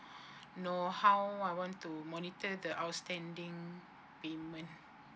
how I want to monitor the outstanding payment